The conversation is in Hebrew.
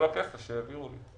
כל הכסף שהעבירו לי.